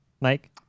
Mike